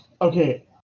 Okay